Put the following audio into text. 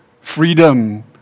freedom